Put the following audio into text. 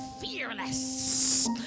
fearless